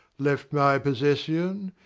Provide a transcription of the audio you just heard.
left my possession,